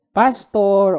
pastor